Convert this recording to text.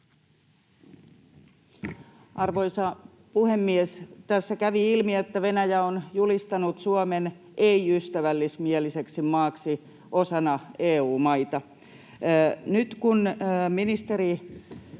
Arvoisa puhemies! Tässä kävi ilmi, että Venäjä on julistanut Suomen ei-ystävällismieliseksi maaksi osana EU-maita. Nyt kun, ministeri,